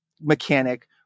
mechanic